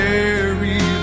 Mary